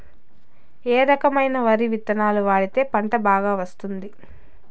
ఏ రకమైన వరి విత్తనాలు వాడితే పంట బాగా వస్తుంది?